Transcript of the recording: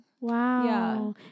wow